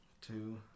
two